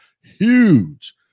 huge